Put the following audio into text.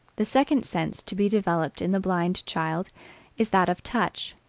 the second sense to be developed in the blind child is that of touch,